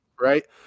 right